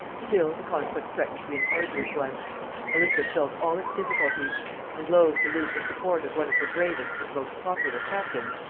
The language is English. still the conflict threatened to be an arduous one elizabeth felt all its difficulties and loth to lose the support of one of her bravest and most popular captains,